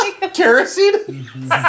Kerosene